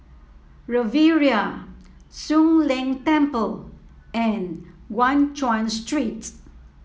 Riviera Soon Leng Temple and Guan Chuan Street